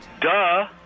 Duh